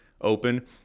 open